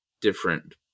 different